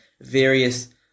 various